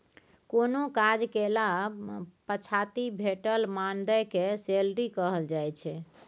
कोनो काज कएला पछाति भेटल मानदेय केँ सैलरी कहल जाइ छै